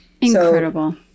incredible